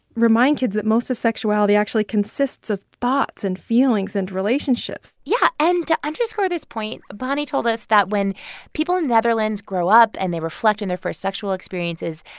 remind kids that most of sexuality actually consists of thoughts and feelings and relationships yeah. and to underscore this point, bonnie told us that when people in the netherlands grow up and they reflect on their first sexual experiences,